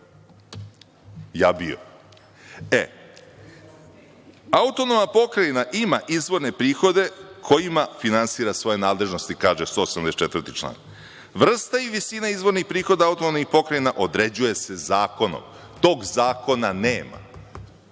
toga. Autonomna pokrajina ima izvorne prihode kojima finansira svoje nadležnosti, kaže 184. član. Vrsta i visina izvornih prihoda autonomnih pokrajina određuje se zakonom. Tog zakona nema.